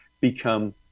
become